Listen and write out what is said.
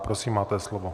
Prosím, máte slovo.